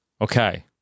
Okay